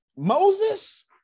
Moses